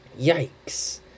Yikes